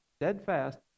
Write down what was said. steadfast